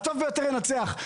הטוב ביותר ינצח.